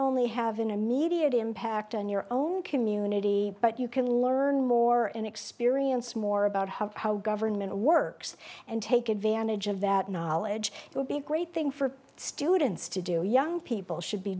only have an immediate impact on your own community but you can learn more and experience more about how government works and take advantage of that knowledge it would be a great thing for students to do young people should be